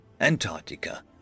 Antarctica